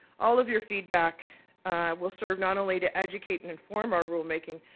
all of your feedback will serve not only to educate and inform ah rule making,